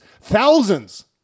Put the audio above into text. thousands